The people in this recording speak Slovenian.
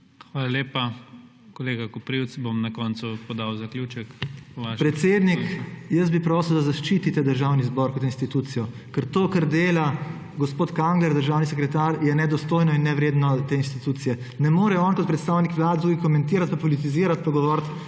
Hvala lepa. Kolega Koprivc, bom na koncu podal zaključek. MAG. MARKO KOPRIVC (PS SD): Predsednik, jaz bi prosil, da zaščitite Državni zbor kot institucijo, ker to kar dela gospod Kangler, državni sekretar, je nedostojno in nevredno te institucije. Ne more on kot predstavnik Vlade tudi komentirati pa politizirati pa govoriti